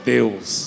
Deus